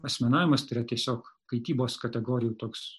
asmenavimas tai yra tiesiog kaitybos kategorijų toks